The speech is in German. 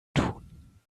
tun